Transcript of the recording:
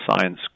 science